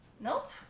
Nope